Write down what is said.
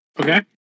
Okay